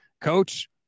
coach